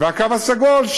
והקו הסגול,